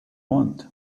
want